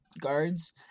guards